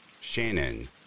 Shannon